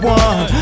one